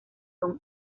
son